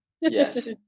Yes